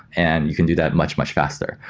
and you can do that much, much faster.